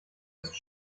ist